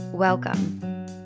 Welcome